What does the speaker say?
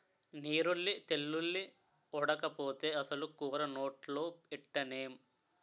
నీరుల్లి తెల్లుల్లి ఓడకపోతే అసలు కూర నోట్లో ఎట్టనేం